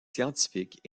scientifiques